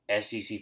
SEC